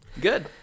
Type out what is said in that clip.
Good